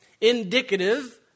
Indicative